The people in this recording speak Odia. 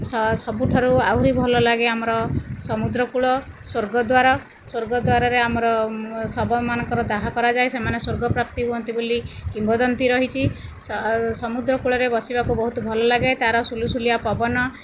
ସ ସବୁଠାରୁ ଆହୁରି ଭଲ ଲାଗେ ଆମର ସମୁଦ୍ର କୂଳ ସ୍ୱର୍ଗଦ୍ୱାର ସ୍ୱର୍ଗଦ୍ୱାରରେ ଆମର ଶବ ମାନଙ୍କର ଦାହ କରାଯାଏ ସେମାନେ ସ୍ୱର୍ଗ ପ୍ରାପ୍ତି ହୁଅନ୍ତି ବୋଲି କିମ୍ବଦନ୍ତୀ ରହିଛି ସମୁଦ୍ରକୂଳରେ ବସିବାକୁ ଭଲ ଲାଗେ ତାର ସୁଲୁସୁଲିଆ ପବନ